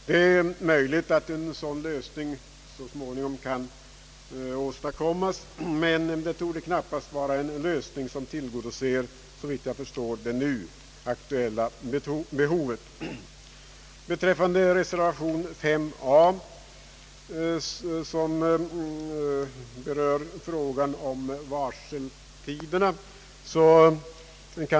Det är möjligt att en sådan lösning så småningom kan åstadkommas, men det torde knappast vara en lösning som såvitt jag kan förstå tillgodoser det nu aktuella behovet. Reservation a vid punkten 5 berör frågan om = :varseltiderna.